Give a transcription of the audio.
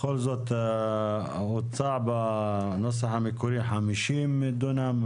האוצר בנוסח המקורי הציע 50 דונם.